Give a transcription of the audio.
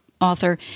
author